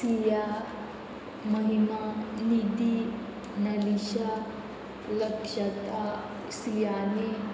सिया महिमा निधी नलीशा लक्षता सियानी